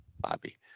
bobby